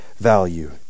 value